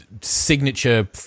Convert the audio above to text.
signature